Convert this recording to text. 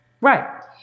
Right